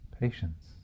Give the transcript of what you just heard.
patience